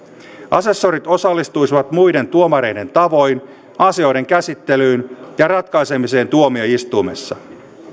asessorit osallistuisivat muiden tuomareiden tavoin asioiden käsittelyyn ja ratkaisemiseen tuomioistuimessa